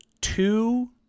two